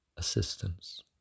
assistance